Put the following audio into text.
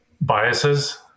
biases